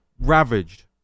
ravaged